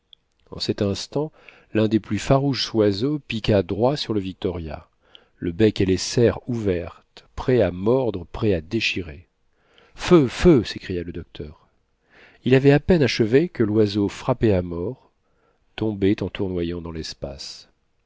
en cet instant l'un des plus farouches oiseaux piqua droit sur le victoria le bec et les serres ouvertes prêt à mordre prêt à déchirer feu feu s'écria le docteur il avait à peine achevé que l'oiseau frappé à mort tombait en tournoyant dans l'espace